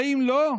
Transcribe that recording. ואם לא,